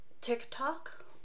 TikTok